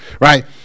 right